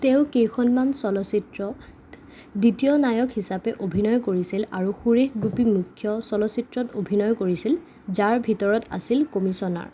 তেওঁ কেইখনমান চলচ্চিত্ৰত দ্বিতীয় নায়ক হিচাপে অভিনয় কৰিছিল আৰু সুৰেশ গোপী মুখ্য চলচ্চিত্ৰত অভিনয় কৰিছিল যাৰ ভিতৰত আছিল কমিছনাৰ